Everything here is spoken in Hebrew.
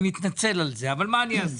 אני מתנצל על זה, אבל מה אני אעשה?